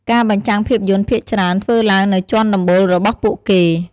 ការបញ្ចាំងភាពយន្តភាគច្រើនធ្វើឡើងនៅជាន់ដំបូលរបស់ពួកគេ។